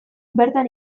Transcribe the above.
bertan